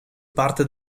parte